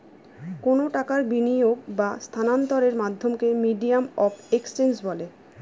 কোনো টাকার বিনিয়োগ বা স্থানান্তরের মাধ্যমকে মিডিয়াম অফ এক্সচেঞ্জ বলে